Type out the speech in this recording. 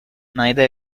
neither